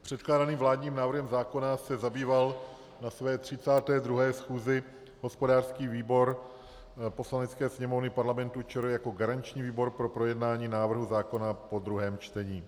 Předkládaným vládním návrhem zákona se zabýval na své 32. schůzi hospodářský výbor Poslanecké sněmovny Parlamentu ČR jako garanční výbor pro projednání návrhu zákona po druhém čtení.